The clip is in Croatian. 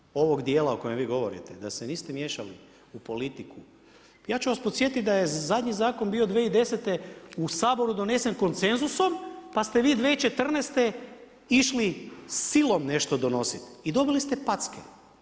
A što se tiče ovog dijela o kojem vi govorite, da se niste miješali u politiku ja ću vas podsjetiti da je zadnji zakon bio 2010. u Saboru donesen konsenzusom, pa ste vi 2014. išli silom nešto donositi i dobili ste packe.